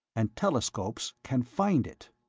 and telescopes can find it.